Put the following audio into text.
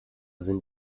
sind